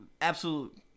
Absolute